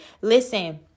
listen